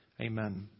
Amen